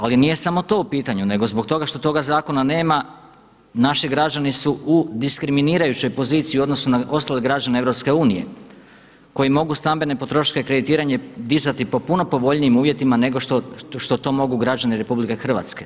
Ali nije samo to u pitanju nego zbog toga što toga zakona nema, naši građani su u diskriminirajućoj poziciji u odnosu na ostale građane EU koji mogu stambeno potrošačko kreditiranje dizati po puno povoljnijim uvjetima nego što to mogu građani RH.